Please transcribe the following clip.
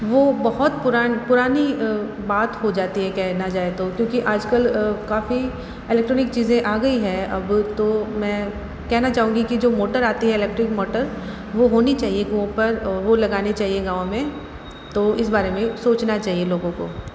वो बहुत पुरानी बात हो जाती है कहने जाएं तो क्योंकि आज कल काफ़ी इलेक्ट्रॉनिक चीज़ें आ गई हैं अब तो मैं कहना चाहूंगी कि जो मोटर आती है इलेक्ट्रिक मोटर वो होनी चाहिए कुओं पर वो लगानी चाहिए गाँव में तो इस बारे में सोचना चाहिए लोगों को